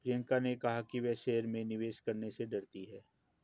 प्रियंका ने कहा कि वह शेयर में निवेश करने से डरती है